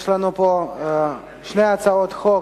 יש לנו שתי הצעות חוק: